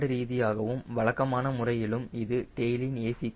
கோட்பாடு ரீதியாகவும் வழக்கமான முறையிலும் இது டெயிலின் a